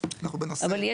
אנחנו בנושא --- אבל,